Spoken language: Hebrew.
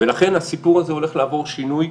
ולכן הסיפור הזה הולך לעבור שינוי,